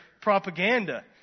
propaganda